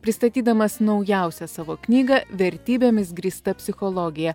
pristatydamas naujausią savo knygą vertybėmis grįsta psichologija